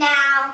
Now